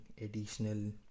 additional